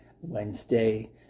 Wednesday